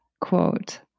quote